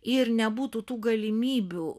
ir nebūtų tų galimybių